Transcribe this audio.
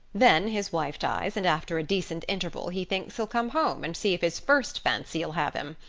then his wife dies and after a decent interval he thinks he'll come home and see if his first fancy'll have him.